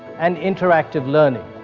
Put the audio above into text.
and interactive learning.